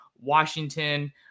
Washington